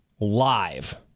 live